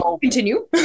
continue